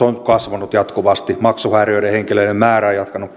on kasvanut jatkuvasti maksuhäiriöisten henkilöiden määrä on jatkanut